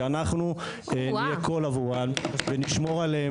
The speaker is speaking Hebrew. אבל כשאתם ישבתם בממשלה כולכם מסמסתם את ההצבעה על ועדת החקירה,